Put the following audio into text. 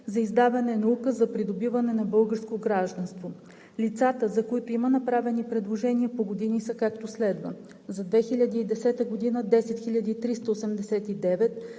за издаване на указ за придобиване на българско гражданство. Лицата, за които има направени предложения по години, са, както следва: за 2010 г. – 10 389;